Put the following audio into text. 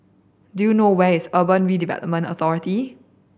do you know where is Urban Redevelopment Authority